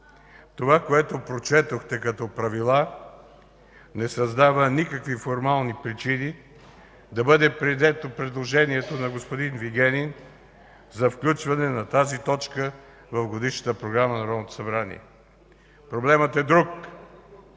това, което прочетохте като правила, не създава никакви формални причини да бъде прието предложението на господин Вигенин за включване на тази точка в Годишната програма на Народното събрание. Проблемът е друг.